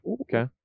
Okay